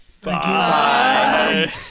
Bye